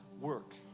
work